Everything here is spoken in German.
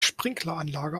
sprinkleranlage